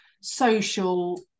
social